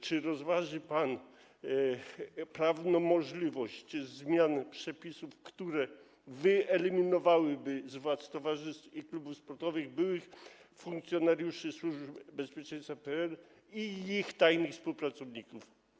Czy rozważy pan prawną możliwość zmiany przepisów, które wyeliminowałyby z władz towarzystw i klubów sportowych byłych funkcjonariuszy służb bezpieczeństwa PRL i ich tajnych współpracowników?